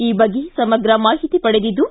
ಈ ಬಗ್ಗೆ ಸಮಗ್ರ ಮಾಹಿತಿ ಪಡೆದಿದ್ದು